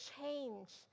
change